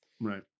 Right